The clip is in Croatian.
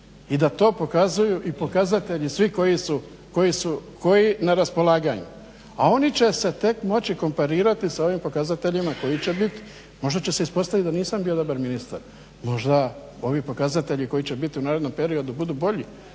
i da to pokazuju i pokazatelji svi koji su, koji na raspolaganju. A oni će se tek moći komparirati sa ovim pokazateljima koji će biti. Možda će se ispostaviti da nisam bio dobar ministar. Možda ovi pokazatelji koji će biti u narednom periodu budu bolji,